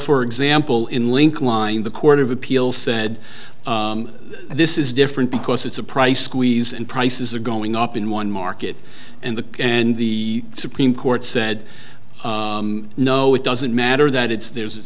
for example in lincoln line the court of appeals said this is different because it's a price squeeze and prices are going up in one market and the and the supreme court said no it doesn't matter that it's there's